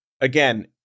Again